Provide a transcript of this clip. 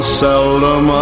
seldom